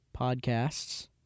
Podcasts